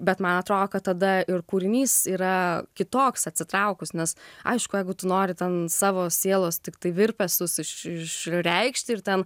bet man atrodo kad tada ir kūrinys yra kitoks atsitraukus nes aišku jeigu tu nori ten savo sielos tiktai virpesius iš išreikšti ir ten